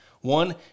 one